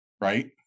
right